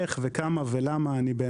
ואני פונה כאן לרשות המים.